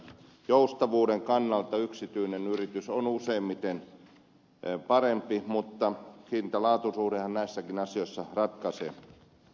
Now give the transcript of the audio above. joustavuuden kannalta yksityinen yritys on useimmiten parempi mutta hintalaatu suhdehan näissäkin asioissa ratkaisee